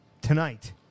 Tonight